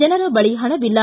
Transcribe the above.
ಜನರ ಬಳಿ ಹಣವಿಲ್ಲ